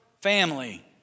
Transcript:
family